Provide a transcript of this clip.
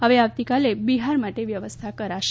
હવે આવતીકાલે બિહાર માટે વ્યવસ્થા કરાશે